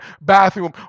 bathroom